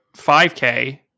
5K